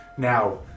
Now